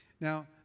Now